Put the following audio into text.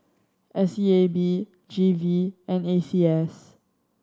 S E A B G V and A C S